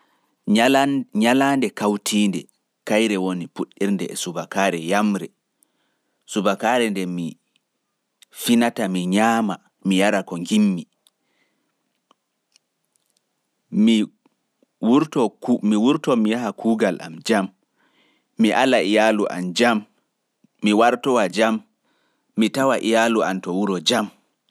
Nyalaande kawtiinde kaire woni puɗɗirnde e subakaare yamre, subakaare nde minyamata mi yara mi huwa kuugal am, mi wurto yaago babal kuugal jam mi warta jam, mi tawa iyaalu am jam